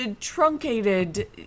truncated